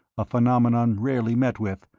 a phenomenon rarely met with,